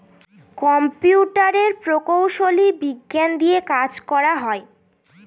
কম্পিউটারের প্রকৌশলী বিজ্ঞান দিয়ে কাজ করা হয়